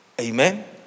Amen